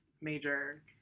major